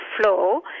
flow